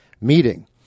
meeting